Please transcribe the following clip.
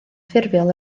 ffurfiol